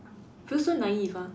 feel so naive ah